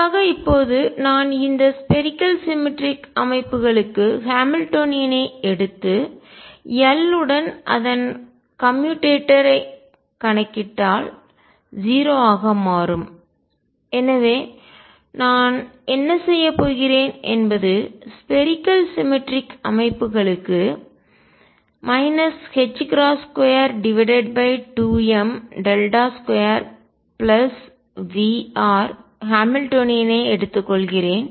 குறிப்பாக இப்போது நான் இந்த ஸ்பேரிக்கல் சிமெட்ரிக் கோள சமச்சீர் அமைப்புகளுக்கு ஹாமில்டோனியனை எடுத்து L உடன் அதன் கம்யூடேட்டர் பரிமாற்றியைக் கணக்கிட்டால் 0 ஆக மாறும் எனவே நான் என்ன செய்கிறேன் என்பது ஸ்பேரிக்கல் சிமெட்ரிக் கோள சமச்சீர் அமைப்புகளுக்கு 22m2V ஹாமில்டோனியனை எடுத்துக்கொள்கிறேன்